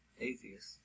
atheist